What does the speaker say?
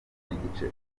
n’igice